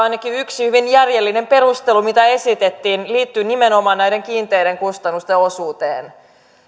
ainakin yksi hyvin järjellinen perustelu mitä esitettiin liittyi nimenomaan näiden kiinteiden kustannusten osuuteen